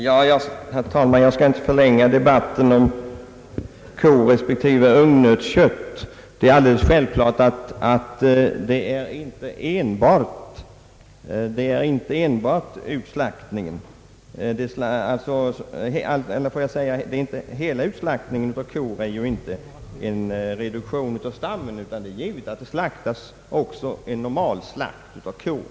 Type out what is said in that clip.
Herr talman! Jag skall inte förlänga debatten om korespektive ungnötskött. Det är alldeles självklart att utslaktningen av kor inte enbart är en reduktion av stammen. Det är givet att det också företages en normal slakt av kor.